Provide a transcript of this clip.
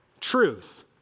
Truth